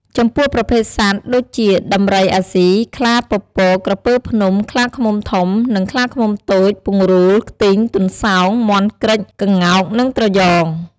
ចំពោះប្រភេទសត្វដូចជាដំរីអាស៊ី ខ្លាពពក ក្រពើភ្នំ ខ្លាឃ្មុំធំ និង ខ្លាឃ្មុំតូច ពង្រូល ខ្ទីង ទន្សោង មាន់ក្រិច ក្ងោក និងត្រយង។